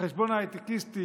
על חשבון ההייטקיסטים.